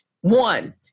One